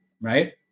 right